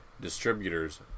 Distributors